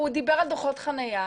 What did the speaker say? אני תומך בהצעת החוק בהגדרה,